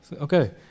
okay